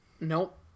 nope